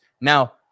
Now